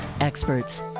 experts